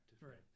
right